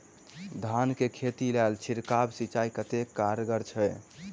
धान कऽ खेती लेल छिड़काव सिंचाई कतेक कारगर छै?